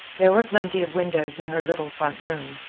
there were plenty of windows in her little front room.